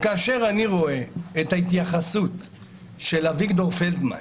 כאשר אני רואה את ההתייחסות של אביגדור פלדמן,